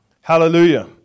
Hallelujah